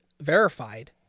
verified